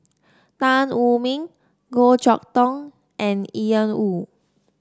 Tan Wu Meng Goh Chok Tong and Ian Woo